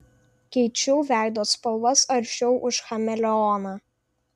keičiau veido spalvas aršiau už chameleoną